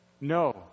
No